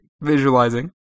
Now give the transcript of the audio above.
visualizing